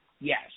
Yes